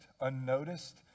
unnoticed